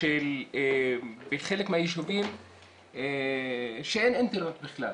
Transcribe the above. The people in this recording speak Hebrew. שבחלק מהיישובים אין אינטרנט בכלל,